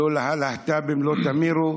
את הלהט"בים לא תמירו,